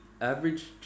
average